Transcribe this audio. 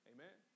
Amen